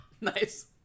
Nice